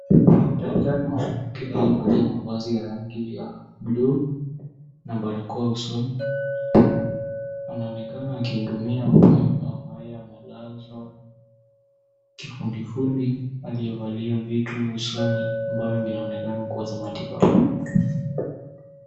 Daktari mwanamke aliyevaa mavazi ya rangi ya blue na barakoa usoni. Anaonekana akihudumia mgonjwa ambaye amelazwa kifudifudi aliyevalia vitu usoni ambavyo vinaonekana kuwa za matibabu.